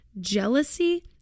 Jealousy